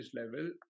level